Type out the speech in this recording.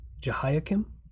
Jehoiakim